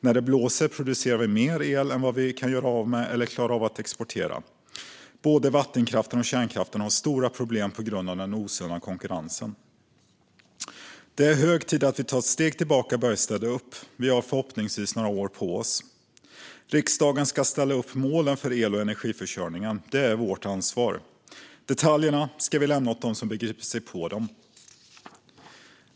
När det blåser producerar vi mer el än vad vi kan göra av med eller klarar av att exportera. Både vattenkraften och kärnkraften har stora problem på grund av den osunda konkurrensen. Det är hög tid att vi tar ett steg tillbaka och börjar städa upp. Vi har förhoppningsvis några år på oss. Riksdagen ska ställa upp målen för el och energiförsörjningen - det är vårt ansvar. Detaljerna ska vi lämna åt dem som begriper sig på dem.